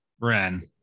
Ren